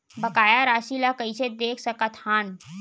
बकाया राशि ला कइसे देख सकत हान?